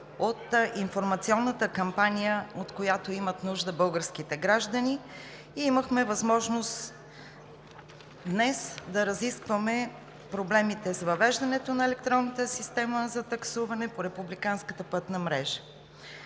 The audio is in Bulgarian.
от информационната кампания, от която имат нужда българските граждани, и имахме възможност днес да разискваме проблемите с въвеждането на електронната система за таксуване по републиканската пътна мрежа.